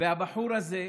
ושהבחור הזה,